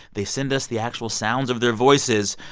they send us the actual sounds of their voices.